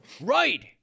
Right